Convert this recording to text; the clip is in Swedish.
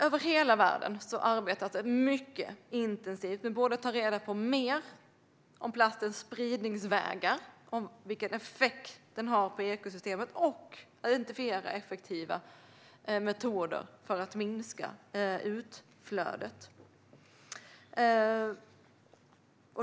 Över hela världen arbetas det mycket intensivt med att ta reda på mer om plastens spridningsvägar och vilken effekt den har på ekosystemet, och man måste identifiera effektiva metoder för att minska utflödet.